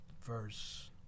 verse